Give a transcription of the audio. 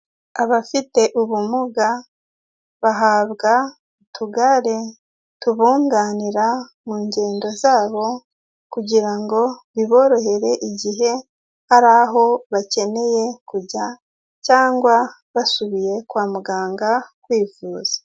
Abafite ubumuga bahabwa utugare, tubunganira mu ngendo zabo kugira ngo biborohere, igihe hari aho bakeneye kujya cyangwa basubiye kwa muganga kwifuza.